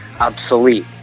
obsolete